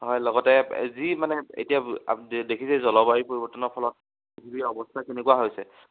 হয় লগতে যি মানে এতিয়া আপদে দেখিছে জলবায়ু পৰিৱৰ্তনৰ ফলত পৃথিৱীৰ অৱস্থা কেনেকুৱা হৈছে